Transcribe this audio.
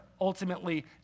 ultimately